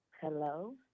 Hello